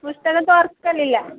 പുസ്തകം തുറക്കലില്ല